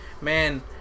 man